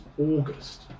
August